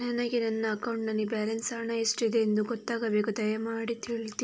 ನನಗೆ ನನ್ನ ಅಕೌಂಟಲ್ಲಿ ಬ್ಯಾಲೆನ್ಸ್ ಹಣ ಎಷ್ಟಿದೆ ಎಂದು ಗೊತ್ತಾಗಬೇಕು, ದಯಮಾಡಿ ಹೇಳ್ತಿರಾ?